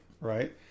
Right